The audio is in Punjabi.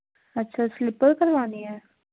ਅੱਛਾ ਸਲਿਪਰ ਕਰਵਾਉਣੀ ਐ